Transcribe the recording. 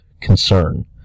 concern